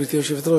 גברתי היושבת-ראש,